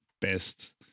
best